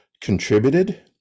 contributed